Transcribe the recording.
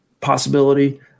possibility